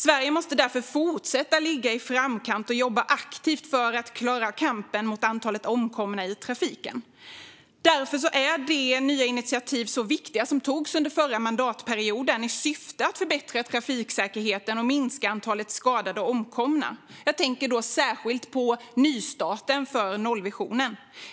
Sverige måste därför fortsätta att ligga i framkant och jobba aktivt för att klara kampen mot antalet omkomna i trafiken. Därför är de nya initiativ som togs under förra mandatperioden i syfte att förbättra trafiksäkerheten och minska antalet skadade och omkomna viktiga. Jag tänker särskilt på nystarten för nollvisionen.